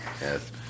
yes